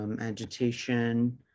agitation